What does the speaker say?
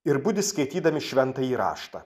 ir budi skaitydami šventąjį raštą